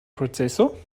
proceso